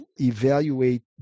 evaluate